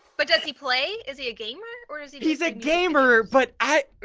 but does he play is he a gamer or is he he's a gamer but i?